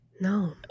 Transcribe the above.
No